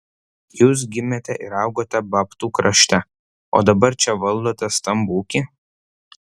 jūs gimėte ir augote babtų krašte o dabar čia valdote stambų ūkį